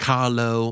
Carlo